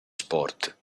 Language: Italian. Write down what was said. sport